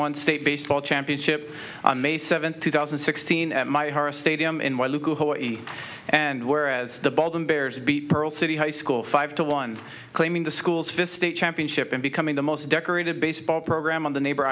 one state based championship on may seventh two thousand and sixteen at my horace stadium in hawaii and whereas the bottom bears beat pearl city high school five to one claiming the school's fis state championship and becoming the most decorated baseball program on the neighbor